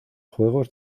juegos